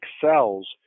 cells